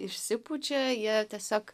išsipučia jie tiesiog